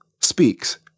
speaks